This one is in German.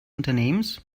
unternehmens